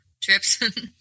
trips